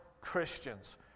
Christians